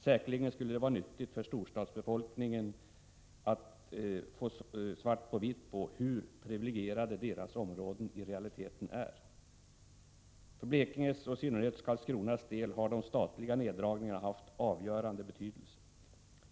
Säkerligen skulle det vara nyttigt för storstadsbefolkningen att få svart på vitt på hur privilegierade deras områden i realiteten är. För Blekinges och i synnerhet Karlskronas del har de statliga nerdragningarna haft avgörande betydelse.